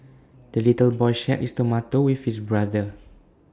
the little boy shared his tomato with his brother